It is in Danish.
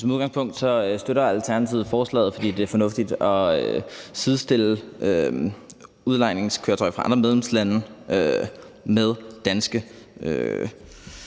Som udgangspunkt støtter Alternativet forslaget, fordi det er fornuftigt at sidestille udlejningskøretøjer fra andre medlemslande med danske